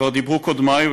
כבר דיברו קודמי,